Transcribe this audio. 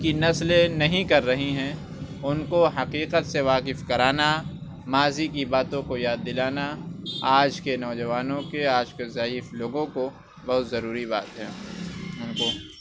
کی نسلیں نہیں کر رہی ہیں اُن کو حقیقت سے واقف کرانا ماضی کی باتوں کو یاد دِلانا آج کے نوجوانوں کے آج کے ضعیف لوگوں کو بہت ضروری بات ہے اُن کو